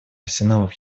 арсеналов